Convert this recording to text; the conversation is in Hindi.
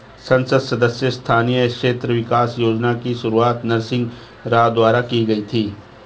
संसद सदस्य स्थानीय क्षेत्र विकास योजना की शुरुआत नरसिंह राव द्वारा की गई थी